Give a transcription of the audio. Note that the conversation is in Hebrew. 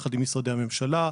יחד עם משרדי הממשלה,